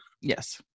Yes